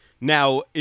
now